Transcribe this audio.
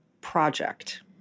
project